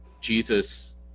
jesus